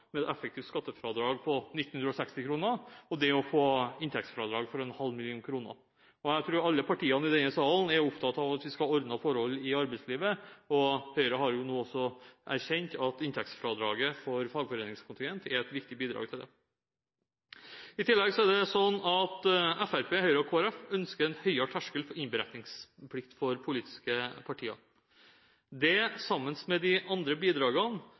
med et effektivt skattefradrag på 1 960 kr, og det å få inntektsfradrag for en halv million kroner. Jeg tror alle partiene i denne salen er opptatt av at vi skal ha ordnede forhold i arbeidslivet, og Høyre har nå også erkjent at inntektsfradraget for fagforeningskontingent er et viktig bidrag til det. I tillegg ønsker Fremskrittspartiet, Høyre og Kristelig Folkeparti en høyere terskel for innberetningsplikt for politiske partier. Det, sammen med de andre bidragene,